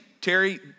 Terry